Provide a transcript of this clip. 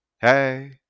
Hey